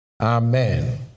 Amen